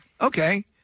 Okay